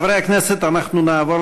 חברי הכנסת, נעבור